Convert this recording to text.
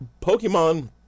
Pokemon